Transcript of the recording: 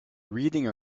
reading